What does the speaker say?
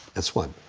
it's fun.